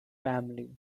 family